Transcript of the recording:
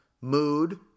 mood